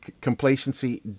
complacency